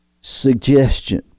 suggestion